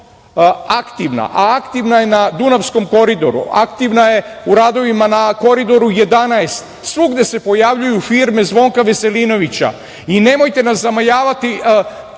aktivna je na Dunavskom koridoru, aktivna je u radovima na Koridoru 11, svugde se pojavljuju firme Zvonka Veselinovića. Nemojte nas zamajavati